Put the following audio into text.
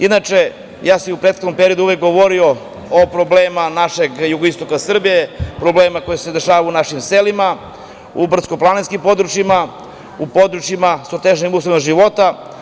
Inače, i u prethodnom periodu sam govorio o problemima naše jugoistoka Srbije, problemima koji se dešavaju u našim selima, u brdsko-planinskim područjima, u područjima sa težim uslovima života.